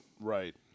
right